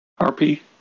RP